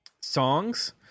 songs